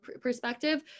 perspective